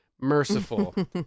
merciful